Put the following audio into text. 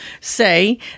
say